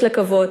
יש לקוות.